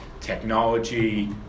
technology